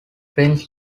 prince